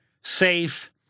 safe